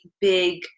big